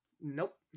Nope